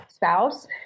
spouse